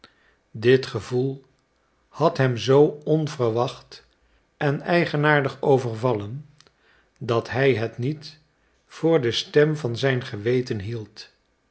dit gevoel had hem zoo onverwacht en eigenaardig overvallen dat hij het niet voor de stem van zijn geweten hield